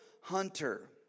hunter